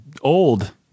old